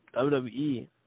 WWE